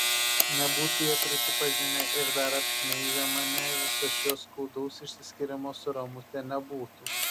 nebūtų jie prisipažinę ir dar apšmeižę mane viso šio skaudaus išsiskyrimo su ramute nebūtų